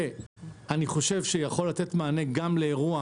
ואני חושב שגם יכול לתת מענה גם לאירוע